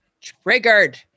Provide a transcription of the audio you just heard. triggered